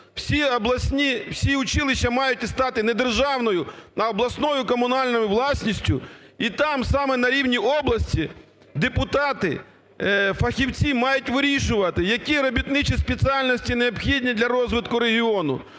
всі обласні... всі училища мають стати не державною, а обласною комунальною власністю і там, саме на рівні області депутати, фахівці мають вирішувати, які робітничі спеціальності необхідні для розвитку регіону,